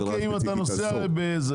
רק אם אתה נוסע בזה.